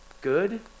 good